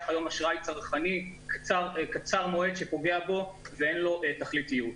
היום אשראי צרכני קצר מועד שפוגע בו ואין לו תכליתיות.